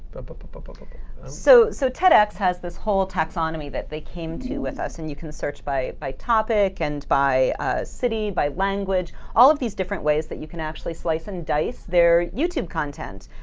but but but but so so tedx has this whole taxonomy that they came to with us. and you can search by by topic, and by city, by language, all of these different ways that you can actually slice and dice their youtube content.